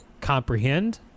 comprehend